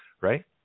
Right